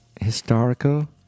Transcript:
historical